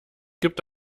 gibt